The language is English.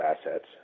assets